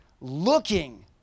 looking